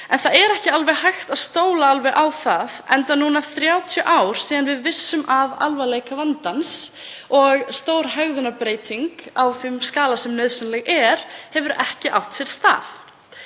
en það er ekki alveg hægt að stóla á það enda núna 30 ár síðan við vissum af alvarleika vandans og stór hegðunarbreyting á þeim skala sem nauðsynleg er hefur ekki átt sér stað.